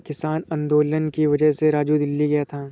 किसान आंदोलन की वजह से राजू दिल्ली गया था